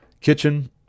kitchen